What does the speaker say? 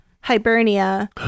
Hibernia